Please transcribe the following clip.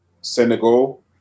Senegal